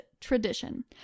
tradition